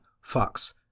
Fox